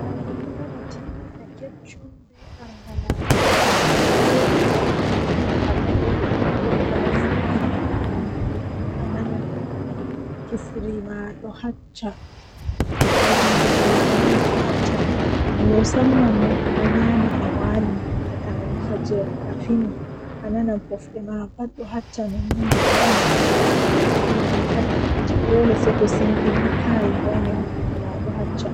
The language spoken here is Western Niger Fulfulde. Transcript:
Arandewol kam mi wiyan be yaara mi makka mi yaha mi laara suudu kaaba mi rewa allah mi heba mbarjaari ngam kanjum don nder kuugal diina kanjum wadi mi buri yidugo.